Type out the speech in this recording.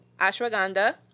ashwagandha